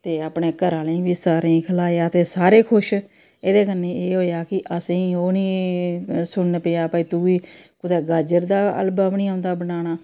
ते अपने घरा आह्लें बी खलाया ते सारे खुश एह्दे कन्नै एह् होएआ कि असें गी ओह् निं सुनन पेआ कि तूं बी कुतै गाजर दा हलवा बी निं औंदा बनाना